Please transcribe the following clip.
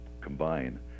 combine